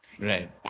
Right